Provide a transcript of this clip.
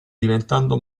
diventando